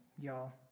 y'all